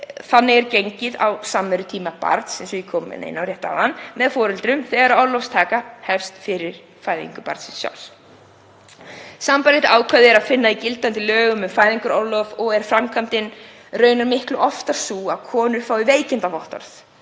þannig er gengið á samverutíma barns — eins og ég kom inn á hér rétt áðan — með foreldrum þegar orlofstaka hefst fyrir fæðingu barns. Sambærilegt ákvæði er að finna í gildandi lögum um fæðingarorlof og er framkvæmdin raunar miklu oftar sú að konur fái veikindavottorð